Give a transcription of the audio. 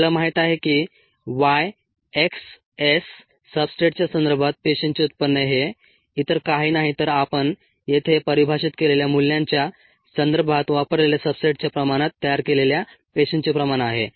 आपल्याला माहित आहे की Y xs सब्सट्रेटच्या संदर्भात पेशींचे उत्पन्न हे इतर काही नाही तर आपण येथे परिभाषित केलेल्या मूल्यांच्या संदर्भात वापरलेल्या सब्सट्रेटच्या प्रमाणात तयार केलेल्या पेशींचे प्रमाण आहे